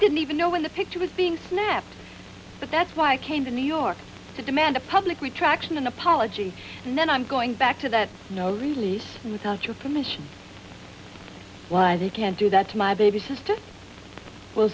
didn't even know when the picture was being snapped but that's why i came to new york to demand a public retraction and apology and then i'm going back to that no really without your permission why they can't do that to my baby sister